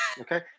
Okay